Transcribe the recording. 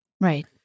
Right